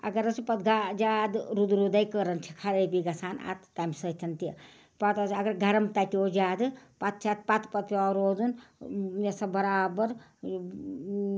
اگر حظ سہ پتہٕ گا زیادٕ رُد رُدٕے کٔرٕنۍ چھِ خرٲبی گژھان اَتھ تٔمۍ سۭتۍ تہِ پتہٕ حظ اگر گرم تَتیو زیادٕ پتہٕ چھِ اَتھ پتہٕ پتہٕ پٮ۪وان روزُن یہِ سا برابر